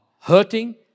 hurting